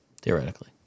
Theoretically